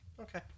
Okay